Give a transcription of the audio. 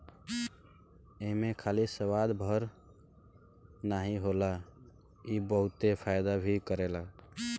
एमे खाली स्वाद भर नाइ होला इ बहुते फायदा भी करेला